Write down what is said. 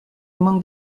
among